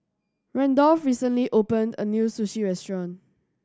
Randolph recently opened a new Sushi Restaurant